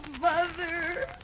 mother